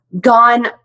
gone